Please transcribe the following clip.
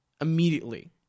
immediately